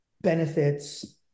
benefits